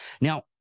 Now